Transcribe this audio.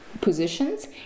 positions